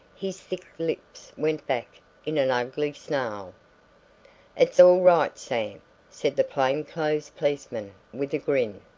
his thick lips went back in an ugly snarl. it's all right, sam, said the plain-clothes policeman with a grin.